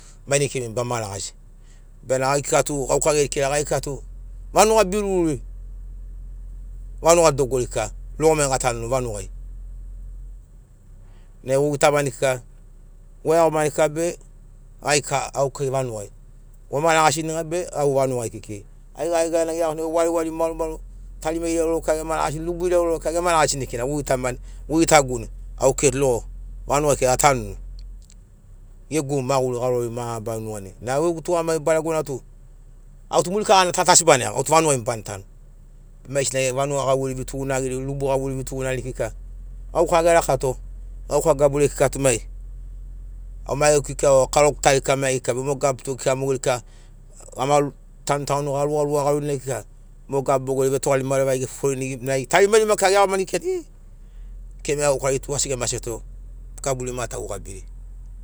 Mai nai kekei bama ragasi bena gai kika tu guaka geri kira gai kika tu vanuga berururi vanuga dogori kika rogo mai gatanuni vanugai nai gugitamani kika goiagomani kika be gai ka kekei vanugai goma ragasini be au vanugai kekei aigana aigana geiagoni wari wari maoro maoro tarima irau irau gema ragasini rubu irau irau kika gema ragasini nai gogitaman gogitamani au kekei tu rogo vanugai kekei atanuni gegu maguri garori mabarari nuganai nai au gegu tugamagi baregonatu au murikatagana ta tu asi bana iago auto vanugai mo bana tanu maigesina vanuga gauveiri vetugunagiri rubu gauveiri vetugunagiri kika gauka gerakato gauka gaburiai kika tu mai au mai gegu kika o karogu kika tari mai geri kika be mo gab utu kika gama tanutagoni garugaruga gaurini nai kika mo gabu mogeri vetogari gefoforini nai tarimarima kika geiagomani gikirani i kemaea gaukari tu asi gemaseto gaburi ma tau gabiri.